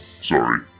sorry